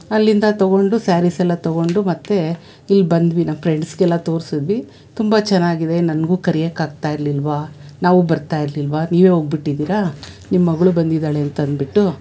ಅಲ್ಲಿಂದ ತೊಗೊಂಡು ಸ್ಯಾರಿಸೆಲ್ಲ ತೊಗೊಂಡು ಮತ್ತೆ ಇಲ್ಲಿ ಬಂದ್ವಿ ನಾವು ಫ್ರೆಂಡ್ಸ್ಗೆಲ್ಲ ತೋರಿಸಿದ್ವಿ ತುಂಬ ಚೆನ್ನಾಗಿದೆ ನನಗೂ ಕರೆಯೊಕ್ಕಾಗ್ತಾಯಿರಲಿಲ್ವ ನಾವು ಬರ್ತಾ ಇರಲಿಲ್ವ ನೀವೇ ಹೋಗ್ಬಿಟ್ಟಿದ್ದೀರಿ ನಿಮ್ಮ ಮಗಳು ಬಂದಿದ್ದಾಳೆ ಅಂತಂದ್ಬಿಟ್ಟು